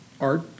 art